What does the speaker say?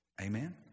Amen